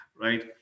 right